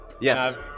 Yes